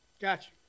Gotcha